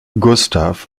gustav